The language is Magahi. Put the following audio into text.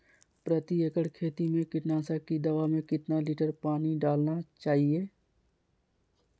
प्रति एकड़ खेती में कीटनाशक की दवा में कितना लीटर पानी डालना चाइए?